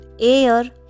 air